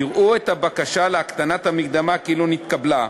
יראו את הבקשה להקטנת המקדמה כאילו נתקבלה.